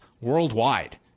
worldwide